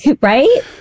Right